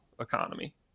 economy